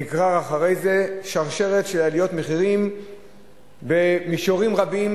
נגררת אחרי זה שרשרת של עליות מחירים במישורים רבים,